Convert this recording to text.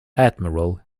admiral